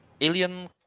Alien